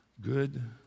good